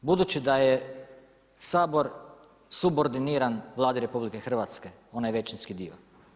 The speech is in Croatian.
Budući da je Sabor subordiniran Vladi RH, onaj većinski dio.